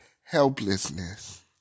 helplessness